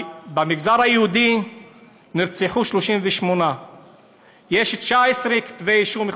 במגזר היהודי נרצחו 38. יש 19 כתבי אישום,